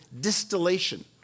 distillation